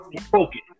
focus